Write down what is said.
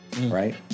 right